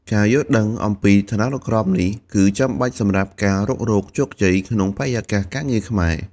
ការយល់ដឹងអំពីឋានានុក្រមនេះគឺចាំបាច់សម្រាប់ការរុករកជោគជ័យក្នុងបរិយាកាសការងារខ្មែរ។